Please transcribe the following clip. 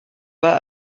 pas